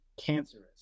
cancerous